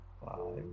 Wow